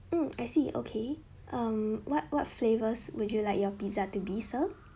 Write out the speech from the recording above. mm I see okay um what what flavors would you like your pizza to be sir